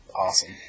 Awesome